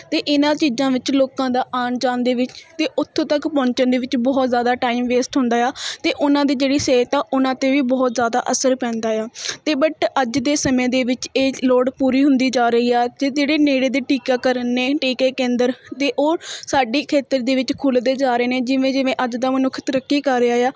ਅਤੇ ਇਹਨਾਂ ਚੀਜ਼ਾਂ ਵਿੱਚ ਲੋਕਾਂ ਦਾ ਆਉਣ ਜਾਣ ਦੇ ਵਿੱਚ ਅਤੇ ਉੱਥੋਂ ਤੱਕ ਪਹੁੰਚਣ ਦੇ ਵਿੱਚ ਬਹੁਤ ਜ਼ਿਆਦਾ ਟਾਈਮ ਵੇਸਟ ਹੁੰਦਾ ਆ ਅਤੇ ਉਹਨਾਂ ਦੀ ਜਿਹੜੀ ਸਿਹਤ ਆ ਉਹਨਾਂ 'ਤੇ ਵੀ ਬਹੁਤ ਜ਼ਿਆਦਾ ਅਸਰ ਪੈਂਦਾ ਆ ਅਤੇ ਬਟ ਅੱਜ ਦੇ ਸਮੇਂ ਦੇ ਵਿੱਚ ਇਹ ਲੋੜ ਪੂਰੀ ਹੁੰਦੀ ਜਾ ਰਹੀ ਆ ਅਤੇ ਜਿਹੜੇ ਨੇੜੇ ਦੇ ਟੀਕਾਕਰਨ ਨੇ ਟੀਕੇ ਕੇਂਦਰ ਦੇ ਉਹ ਸਾਡੇ ਖੇਤਰ ਦੇ ਵਿੱਚ ਖੁੱਲ੍ਹਦੇ ਜਾ ਰਹੇ ਨੇ ਜਿਵੇਂ ਜਿਵੇਂ ਅੱਜ ਦਾ ਮਨੁੱਖ ਤਰੱਕੀ ਕਰ ਰਿਹਾ ਆ